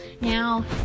Now